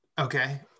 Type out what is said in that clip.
Okay